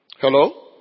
Hello